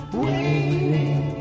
waiting